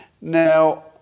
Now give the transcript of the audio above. Now